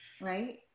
right